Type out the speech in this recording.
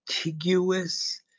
contiguous